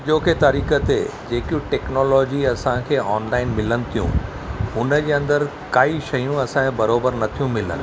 अॼोकी तारीख़ ते जेकियूं टेक्नोलॉजी असांखे ऑनलाइन मिलनि थियूं उनजे अंदर काई शयूं असांखे बराबरि न थियूं मिलनि